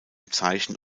zeichen